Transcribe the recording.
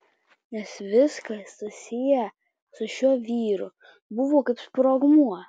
nes viskas susiję su šiuo vyru buvo kaip sprogmuo